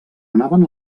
anaven